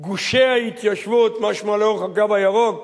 "גושי ההתיישבות", משמע לאורך "הקו הירוק",